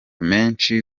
menshi